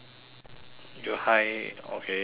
you hi okay and then